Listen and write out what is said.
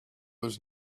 was